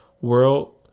world